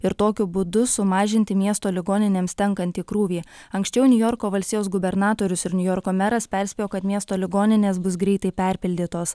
ir tokiu būdu sumažinti miesto ligoninėms tenkantį krūvį anksčiau niujorko valstijos gubernatorius ir niujorko meras perspėjo kad miesto ligoninės bus greitai perpildytos